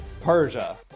Persia